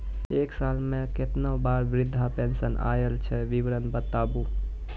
एक साल मे केतना बार वृद्धा पेंशन आयल छै विवरन बताबू?